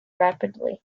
rapidly